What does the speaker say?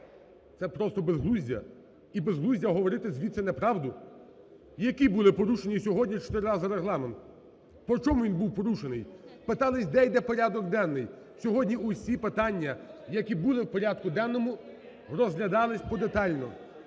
Це просто безглуздя і безглуздя говорити звідси неправду. Які були порушення сьогодні чотири рази Регламенту? Почому він був порушений? Питалися де і де порядок денний, сьогодні усі питання, які були в порядку денному розглядались подетально.